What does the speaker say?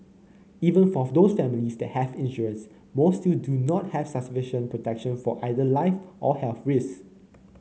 even for those families that have insurance most still do not have sufficient protection for either life or health risks